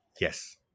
Yes